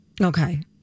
okay